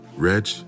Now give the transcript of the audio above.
Reg